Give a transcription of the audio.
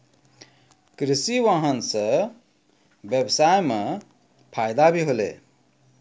कृषि वाहन सें ब्यबसाय म फायदा भी होलै